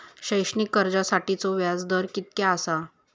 शैक्षणिक कर्जासाठीचो व्याज दर कितक्या आसा?